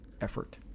effort